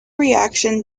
reaction